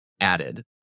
added